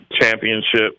championship